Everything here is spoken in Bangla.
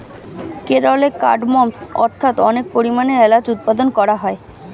কেরলে কার্ডমমস্ অর্থাৎ অনেক পরিমাণে এলাচ উৎপাদন করা হয়